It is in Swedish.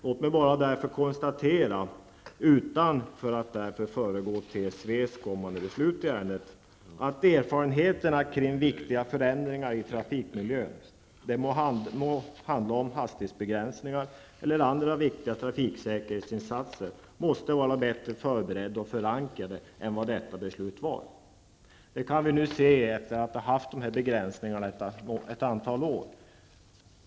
Låt mig därför bara konstatera, utan att därför föregå TSVs kommande beslut i ärendet, att viktiga förändringar i trafikmiljön -- det må handla om hastighetsbegränsningar eller andra viktiga trafiksäkerhetsinsatser -- måste vara bättre förberedda och förankrade än vad detta beslut var. Det kan vi nu se efter att ha haft dessa begränsningar några år.